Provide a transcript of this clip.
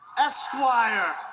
Esquire